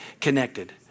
connected